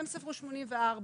הם ספרו 84,